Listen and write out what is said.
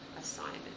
assignment